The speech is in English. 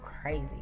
crazy